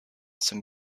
some